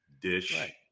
dish